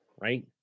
right